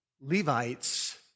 Levites